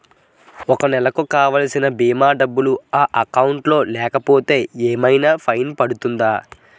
ఒక నెలకు కావాల్సిన భీమా డబ్బులు నా అకౌంట్ లో లేకపోతే ఏమైనా ఫైన్ పడుతుందా?